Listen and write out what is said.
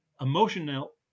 emotional